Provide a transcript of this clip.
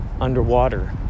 underwater